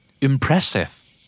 impressive